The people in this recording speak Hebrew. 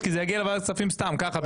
כי זה יגיע לוועדת הכספים סתם ככה,